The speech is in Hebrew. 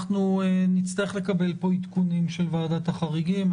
אנחנו נצטרך לקבל פה עדכונים של ועדת החריגים.